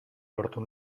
lortu